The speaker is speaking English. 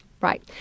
Right